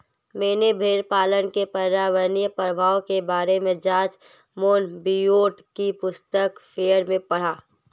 मैंने भेड़पालन के पर्यावरणीय प्रभाव के बारे में जॉर्ज मोनबियोट की पुस्तक फेरल में पढ़ा